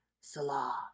Salah